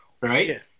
right